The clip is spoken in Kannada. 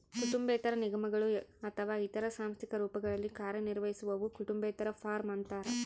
ಕುಟುಂಬೇತರ ನಿಗಮಗಳು ಅಥವಾ ಇತರ ಸಾಂಸ್ಥಿಕ ರೂಪಗಳಲ್ಲಿ ಕಾರ್ಯನಿರ್ವಹಿಸುವವು ಕುಟುಂಬೇತರ ಫಾರ್ಮ ಅಂತಾರ